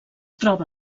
troba